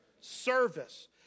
Service